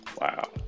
Wow